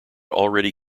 already